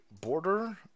border